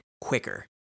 quicker